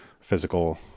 physical